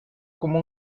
como